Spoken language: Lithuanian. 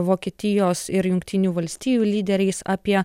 vokietijos ir jungtinių valstijų lyderiais apie